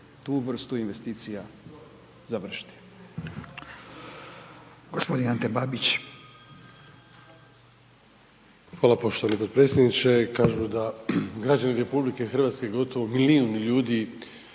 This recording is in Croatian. tu vrstu investicija završiti.